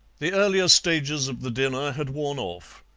the earlier stages of the dinner had worn off.